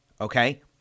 okay